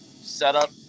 setup